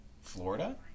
Florida